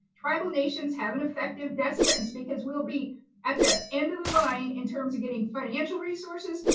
tribal nations have an effective death sentence, because we'll be at the end of the line, in terms of getting financial resources.